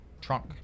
Trunk